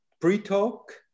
pre-talk